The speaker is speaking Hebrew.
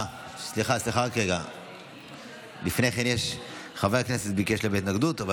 סליחה, לפני כן חבר הכנסת ביקש להביע התנגדות.